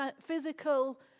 physical